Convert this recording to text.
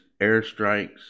airstrikes